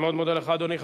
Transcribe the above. אני מאוד מודה לך, אדוני.